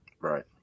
Right